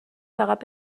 فقط